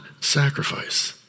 sacrifice